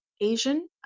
Asian